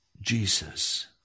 Jesus